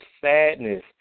sadness